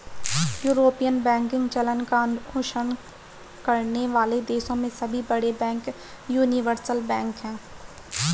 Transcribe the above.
European banking चलन का अनुसरण करने वाले देशों में सभी बड़े बैंक यूनिवर्सल बैंक हैं